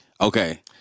Okay